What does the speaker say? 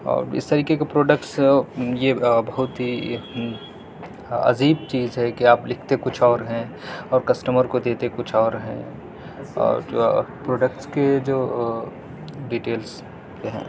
اور اس طریقے کے پروڈکٹس یہ بہت ہی عجیب چیز ہے کہ آپ لکھتے کچھ اور ہیں اور کسٹمر کو دیتے کچھ اور ہیں اور پروڈکٹس کے جو ڈٹیلس ہیں